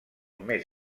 més